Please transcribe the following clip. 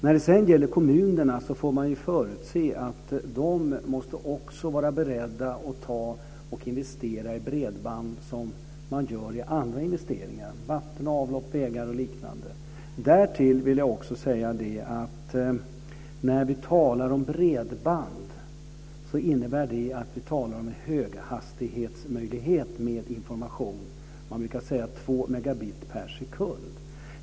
När det gäller kommunerna får man förutse att de måste vara beredda att investera i bredband som man gör i annat som vatten, avlopp, vägar och liknande. Därtill vill jag säga att när vi talar om bredband innebär det att vi talar om möjlighet till höghastighetsinformation. Man brukar säga att det är två megabit per sekund.